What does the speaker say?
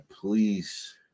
please